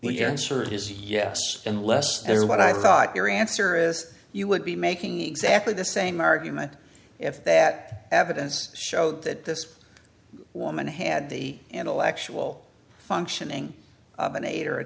inserted is yes unless they're what i thought your answer is you would be making exactly the same argument if that evidence showed that this woman had the intellectual functioning of an eight or a